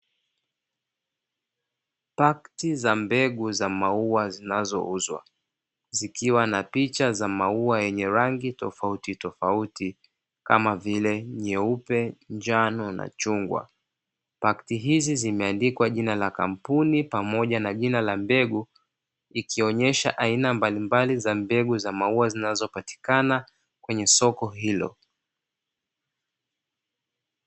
Pakti za mbegu za maua zinazouzwa zikiwa na picha za maua yenye rangi tofautitofauti kama vile nyeupe, njano na chungwa. Pakti hizi zimeandikwa jina la kampuni pamoja na jina la mbegu ikionyesha aina mbalimbali za mbegu za maua zinazopatikana kwenye soko hilo.